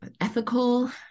ethical